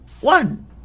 one